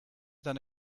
than